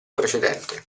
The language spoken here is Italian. precedente